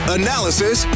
analysis